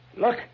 Look